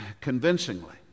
convincingly